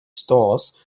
stores